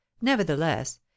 nevertheless